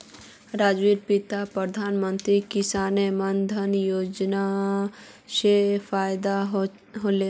राजीवेर पिताक प्रधानमंत्री किसान मान धन योजना स फायदा ह ले